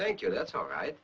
thank you that's all right